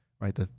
right